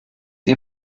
ihr